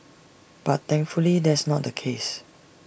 but thankfully that's not the case